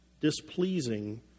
displeasing